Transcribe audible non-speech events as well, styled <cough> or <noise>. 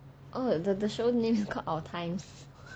oh the the show name is called our times <laughs>